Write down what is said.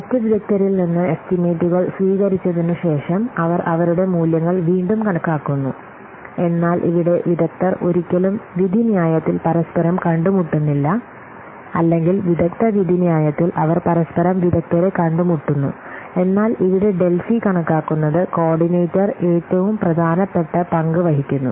മറ്റ് വിദഗ്ദ്ധരിൽ നിന്ന് എസ്റ്റിമേറ്റുകൾ സ്വീകരിച്ചതിനുശേഷം അവർ അവരുടെ മൂല്യങ്ങൾ വീണ്ടും കണക്കാക്കുന്നു എന്നാൽ ഇവിടെ വിദഗ്ദ്ധർ ഒരിക്കലും വിധിന്യായത്തിൽ പരസ്പരം കണ്ടുമുട്ടുന്നില്ല അല്ലെങ്കിൽ വിദഗ്ദ്ധ വിധിന്യായത്തിൽ അവർ പരസ്പരം വിദഗ്ധരെ കണ്ടുമുട്ടുന്നു എന്നാൽ ഇവിടെ ഡെൽഫി കണക്കാക്കുന്നത് കോർഡിനേറ്റർ ഏറ്റവും പ്രധാനപ്പെട്ട പങ്ക് വഹിക്കുന്നു